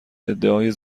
ادعای